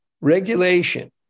Regulation